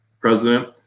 president